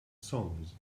songs